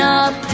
up